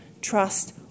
trust